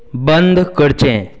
बंद करचें